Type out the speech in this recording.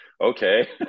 okay